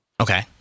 Okay